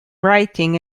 writing